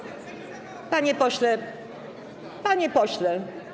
Panie pośle, panie pośle.